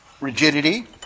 rigidity